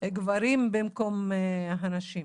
גברים במקום הנשים.